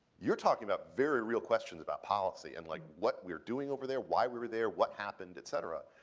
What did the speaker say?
you're talking about very real questions about policy and like what we are doing over there? why we were there? what happened, et cetera?